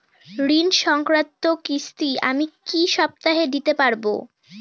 ঋণ সংক্রান্ত কিস্তি আমি কি সপ্তাহে দিতে পারবো?